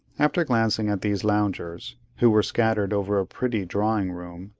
after glancing at these loungers who were scattered over a pretty drawing-room,